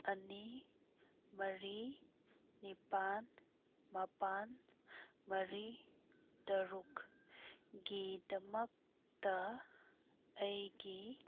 ꯑꯅꯤ ꯃꯔꯤ ꯅꯤꯄꯥꯜ ꯃꯥꯄꯜ ꯃꯔꯤ ꯇꯔꯨꯛꯒꯤꯗꯃꯛꯇ ꯑꯩꯒꯤ